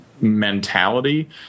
mentality